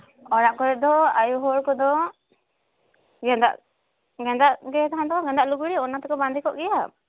ᱚᱲᱟᱜ ᱠᱚᱨᱮ ᱫᱚ ᱟᱭᱳ ᱦᱚᱲ ᱠᱚᱫᱚ ᱜᱮᱸᱫᱟᱜ ᱜᱮᱸᱫᱟᱜ ᱜᱮ ᱛᱟᱦᱮᱱ ᱛᱟᱠᱚᱣᱟ ᱜᱮᱸᱫᱟᱜ ᱞᱩᱜᱽᱲᱤ ᱚᱱᱟ ᱛᱮᱠᱚ ᱵᱟᱸᱫᱮ ᱠᱚᱜ ᱜᱮᱭᱟ